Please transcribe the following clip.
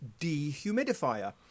dehumidifier